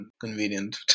convenient